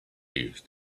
used